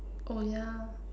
oh ya